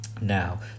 Now